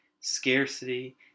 scarcity